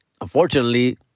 unfortunately